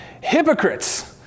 Hypocrites